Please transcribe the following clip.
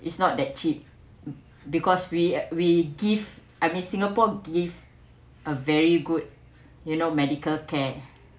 it's not that cheap because we we give I mean singapore give a very good you know medical care